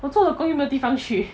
我做的工都没有地方去